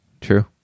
true